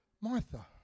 Martha